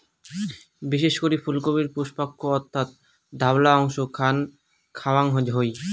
বিশেষ করি ফুলকপির পুষ্পাক্ষ অর্থাৎ ধওলা অংশ খান খাওয়াং হই